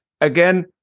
Again